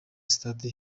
sitade